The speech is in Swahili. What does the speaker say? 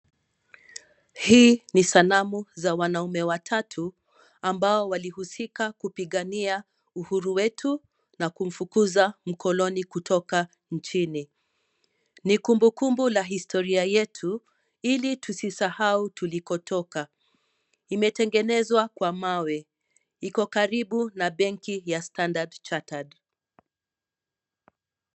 Hii ni sanamu za wanaume watatu ambao walihusika kupigania uhuru wetu na kumfukuza mkoloni kutoka nchini. Ni kumbukumbu la historia yetu ilitusisahau tulikotoka. Imetengenezwa kwa mawe. Iko karibu na benki ya Standard Chartered .